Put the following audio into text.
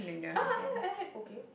ah I have I have okay